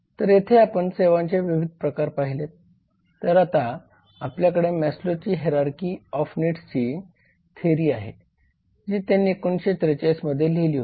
तर येथे आपण सेवांचे विविध प्रकार पाहिलेत तर आता आपल्याकडे मॅस्लोची हेरारकी ऑफ नीड्सची Maslows Hierarchy of needs theory आहे जी त्यांनी 1943 मध्ये लिहिली होती